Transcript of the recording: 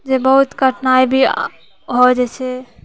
जे बहुत कठिनाइ भी हो जाइ छै